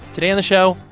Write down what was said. today on the show,